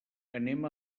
anem